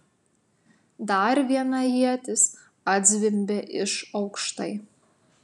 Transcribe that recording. dar viena ietis atzvimbė iš aukštai